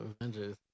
Avengers